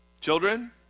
Children